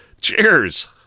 Cheers